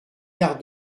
quart